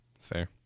Fair